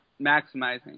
maximizing